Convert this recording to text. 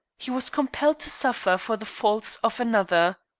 he was compelled to suffer for the faults of another.